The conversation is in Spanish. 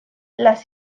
las